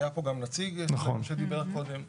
היה פה גם נציג נדמה לי שדיבור קודם.